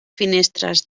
finestres